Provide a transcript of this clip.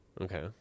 Okay